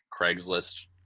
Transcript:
Craigslist